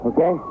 Okay